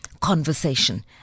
conversation